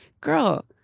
girl